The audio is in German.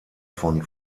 von